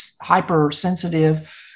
hypersensitive